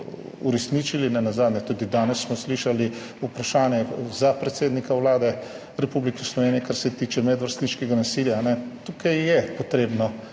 uresničili. Nenazadnje smo tudi danes slišali vprašanje za predsednika Vlade Republike Slovenije, kar se tiče medvrstniškega nasilja. Tukaj je potrebno